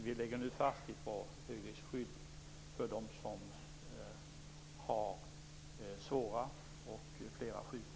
Vi lägger nu fast ett bra högriskskydd för dem som har svåra och flera sjukdomar.